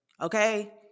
okay